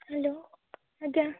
hello ଆଜ୍ଞା